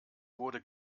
wurde